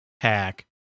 hack